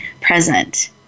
present